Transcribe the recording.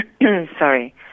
Sorry